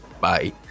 Bye